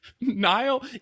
Niall